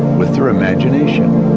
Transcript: with their imagination?